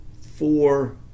four